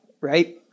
right